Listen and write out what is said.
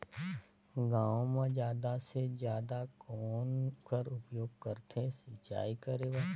गांव म जादा से जादा कौन कर उपयोग करथे सिंचाई करे बर?